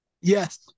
Yes